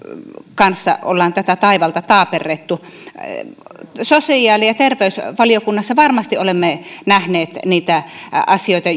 kanssa ollaan tätä taivalta taaperrettu sosiaali ja terveysvaliokunnassa varmasti olemme nähneet niitä asioita